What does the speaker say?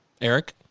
Eric